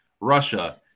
Russia